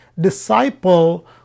disciple